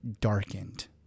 darkened